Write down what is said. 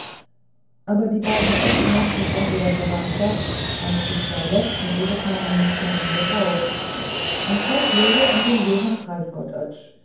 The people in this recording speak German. aber die beiden oetsch machten von ihrer verwandtschaft als die zwei letzten ihres namens keinen gebrauch und das läge an dem johann